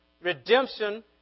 Redemption